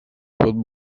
pot